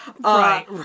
Right